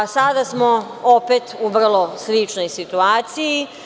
Sada smo opet u vrlo sličnoj situaciji.